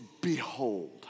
behold